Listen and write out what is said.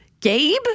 Gabe